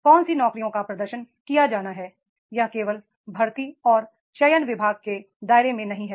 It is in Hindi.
कौन सी नौकरियों का प्रदर्शन किया जाना है यह केवल भर्ती और चयन विभाग के दायरे में नहीं है